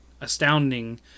astounding